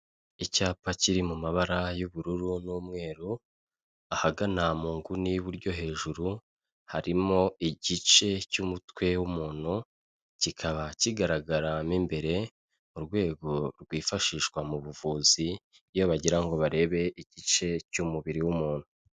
Icyapa kiri mu mabara y'ubururu n'umweru, ahagana mu nguni y'iburyo hejuru harimo igice cy'umutwe w'umuntu kikaba kigaragara mo imbere mu rwego rwifashishwa mu buvuzi iyo bagira ngo barebe igice cy'umubiri w'umuntu.